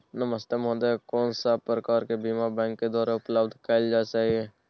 नमस्ते महोदय, कोन सब प्रकार के बीमा बैंक के द्वारा उपलब्ध कैल जाए छै?